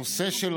הנושא של